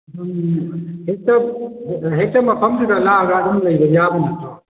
ꯑꯗꯨꯝ ꯍꯦꯛꯇ ꯍꯦꯛꯇ ꯃꯐꯝꯗꯨꯗ ꯂꯥꯛꯑꯒ ꯂꯩꯕ ꯌꯥꯕ ꯅꯠꯇ꯭ꯔꯣ